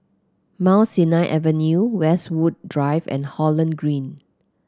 Mount Sinai Avenue Westwood Drive and Holland Green